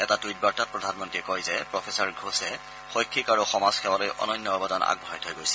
এটা টুইট বাৰ্তাত প্ৰধানমন্ত্ৰীয়ে কয় যে প্ৰফেচাৰ চিত্ৰা ঘোষে শৈফিক আৰু সমাজ সেৱালৈ অনন্য অৱদান আগবঢ়াই থৈ গৈছে